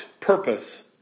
purpose